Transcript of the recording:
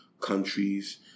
countries